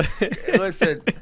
listen